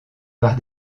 par